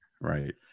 Right